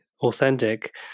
authentic